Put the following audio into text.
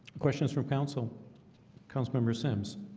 questions from council councilmember simms.